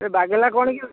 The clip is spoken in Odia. ଏ ବାଗେଲା କ'ଣ କି